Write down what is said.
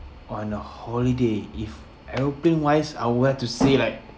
on a holiday if aeroplane wise I would like to say like